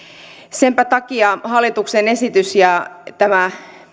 senpä takia hallituksen esitys ja tämä